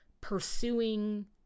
pursuing